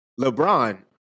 LeBron